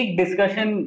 discussion